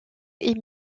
est